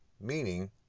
Meaning